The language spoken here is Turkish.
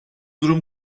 durum